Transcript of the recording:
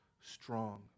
strong